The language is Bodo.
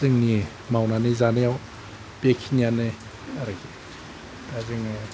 जोंनि मावनानै जानायाव बेखिनियानो आरोखि आरो जोङो